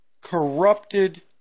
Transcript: corrupted